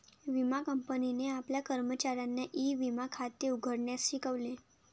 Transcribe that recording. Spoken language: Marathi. विमा कंपनीने आपल्या कर्मचाऱ्यांना ई विमा खाते उघडण्यास शिकवले